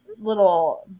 little